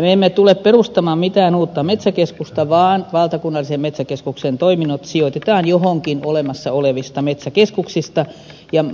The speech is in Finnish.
me emme tule perustamaan mitään uutta metsäkeskusta vaan valtakunnallisen metsäkeskuksen toiminnot sijoitetaan johonkin olemassa olevista metsäkeskuksista ja